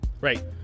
Right